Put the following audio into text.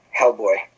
Hellboy